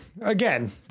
Again